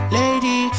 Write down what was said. lady